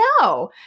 no